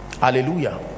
hallelujah